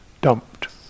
dumped